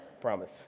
promise